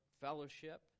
fellowship